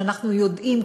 שאנחנו יודעים,